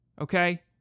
Okay